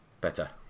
Better